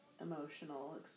emotional